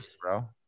bro